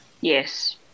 Yes